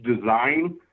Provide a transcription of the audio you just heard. design